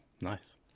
Nice